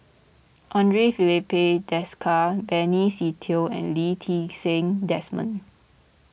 andre Filipe Desker Benny Se Teo and Lee Ti Seng Desmond